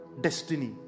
Destiny